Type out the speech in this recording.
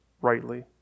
rightly